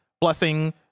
Blessing